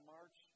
March